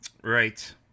right